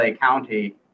county